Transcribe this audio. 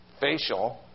facial